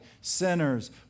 sinners